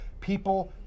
people